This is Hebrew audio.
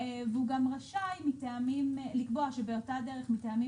והוא גם רשאי לקבוע שבאותה דרך מטעמים